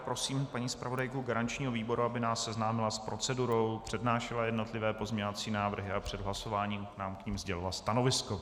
Prosím paní zpravodajku garančního výboru, aby nás seznámila s procedurou, přednášela jednotlivé pozměňovací návrhy a před hlasováním nám k nim sdělila stanovisko.